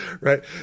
right